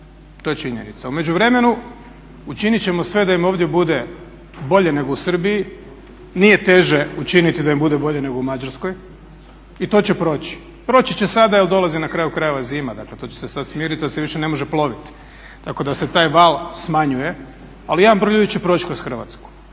to je činjenica. U međuvremenu učinit ćemo sve da im ovdje bude bolje nego u Srbiji. Nije teže učiniti da im bude bolje nego u Mađarskoj i to će proći. Proći će sada, jer dolazi na kraju krajeva zima. Dakle, to će se sada smiriti jer se više ne može ploviti, tako da se taj val smanjuje. Ali jedan broj ljudi će proći kroz Hrvatsku.